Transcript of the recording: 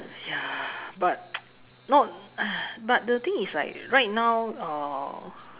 ya but not but the thing is like right now uh